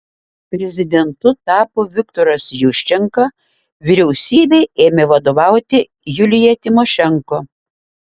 prezidentu tapo viktoras juščenka vyriausybei ėmė vadovauti julija timošenko